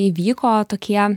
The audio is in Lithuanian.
įvyko tokie